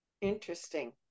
Interesting